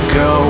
go